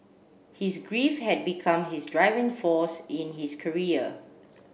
his grief had become his driving force in his career